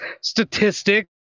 statistics